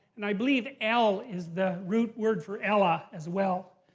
and i believe el is the root word for allah, as well.